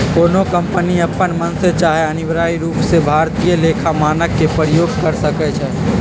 कोनो कंपनी अप्पन मन से चाहे अनिवार्य रूप से भारतीय लेखा मानक के प्रयोग कर सकइ छै